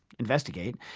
investigate,